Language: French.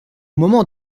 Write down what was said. moment